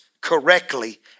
correctly